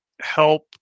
help